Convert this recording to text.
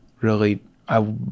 really—I